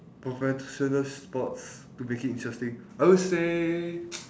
professional sports to make it interesting I would say